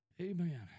Amen